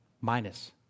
minus